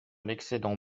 l’excédent